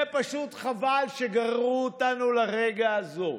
זה פשוט חבל שגררו אותנו לרגע הזה.